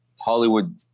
Hollywood